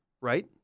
right